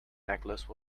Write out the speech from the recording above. necklace